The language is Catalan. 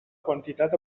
quantitat